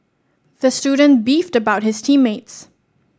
the student beefed about his team mates